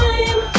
Time